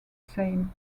same